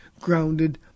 grounded